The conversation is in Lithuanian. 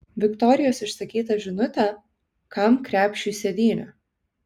viktorijos išsakytą žinutę kam krepšiui sėdynė